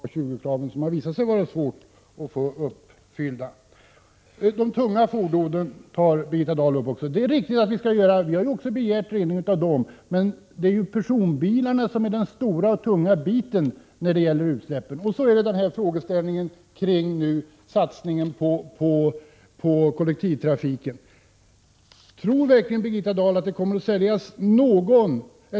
Herr talman! Både miljöoch energiministern och jag vet ju att det finns delar av A 20-kraven som har visat sig vara svåra att få uppfyllda. Birgitta Dahl tar även upp frågan om de tunga fordonen. Vi har begärt en rening också när det gäller dessa fordon.